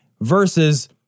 versus